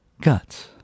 guts